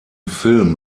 film